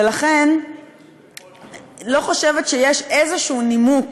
ולכן, אני לא חושבת שיש איזשהו נימוק,